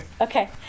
Okay